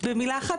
במילה אחת,